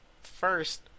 First